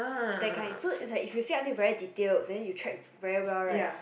that kind so is like if you say until very detail then you track very well right